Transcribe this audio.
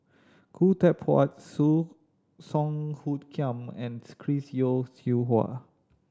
Khoo Teck Puat Song Hoot Kiam and Chris Yeo Siew Hua